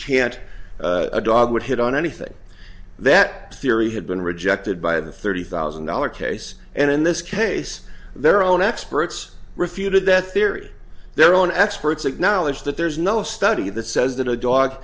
can't a dog would hit on anything that theory had been rejected by the thirty thousand dollar case and in this case their own experts refuted that theory their own experts acknowledge that there's no study that says that a dog